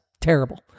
terrible